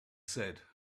said